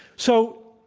so,